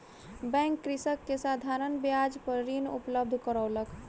bank कृषक के साधारण ब्याज पर ऋण उपलब्ध करौलक